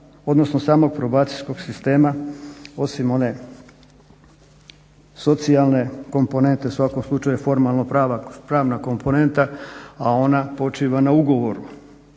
odnsono samog probacijskog sistema osim one socijalne komponente u svakom slučaju formalno pravna komponenta a ona počiva na ugovoru.